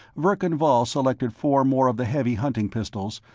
verkan vall selected four more of the heavy hunting pistols,